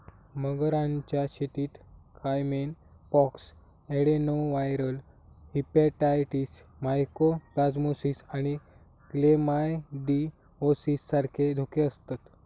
मगरांच्या शेतीत caiman pox, adenoviral hepatitis, mycoplasmosis आणि क्लेमायडिओसिस सारखे धोके आसतत